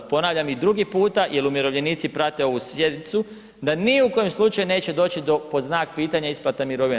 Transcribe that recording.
Ponavljam i drugi puta jer umirovljenici prate ovu sjednicu, da ni u kojem slučaju neće doći pod znak pitanje isplata mirovina.